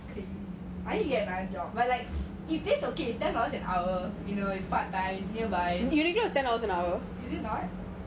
I need to get another job but like if this is okay ten dollars an hour you know it's part time it's nearby is it not